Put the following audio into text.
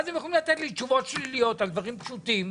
ואז הם יכולים לתת לי תשובות שליליות על דברים פשוטים,